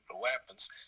weapons